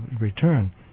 return